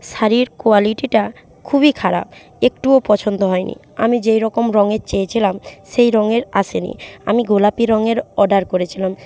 শাড়ির কোয়ালিটিটা খুবই খারাপ একটুও পছন্দ হয়নি আমি যেই রকম রঙের চেয়েছিলাম সেই রঙের আসেনি আমি গোলাপি রঙের অডার করেছিলাম